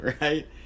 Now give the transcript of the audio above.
right